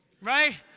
right